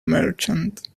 merchant